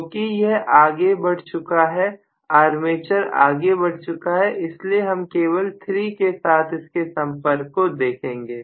क्योंकि यह आगे बढ़ चुका है आर्मेचर आगे बढ़ चुका है इसलिए हम केवल 3 के साथ इसके संपर्क को देखेंगे